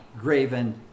graven